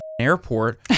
airport